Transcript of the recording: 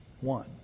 One